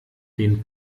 den